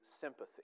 sympathy